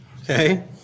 okay